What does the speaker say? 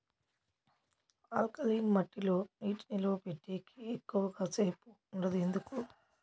alkaline మట్టి లో నీటి నిలువ పెట్టేకి ఎక్కువగా సేపు ఉండదు ఎందుకు